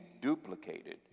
duplicated